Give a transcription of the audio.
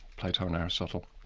plato and aristotle.